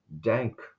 dank